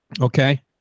okay